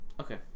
Okay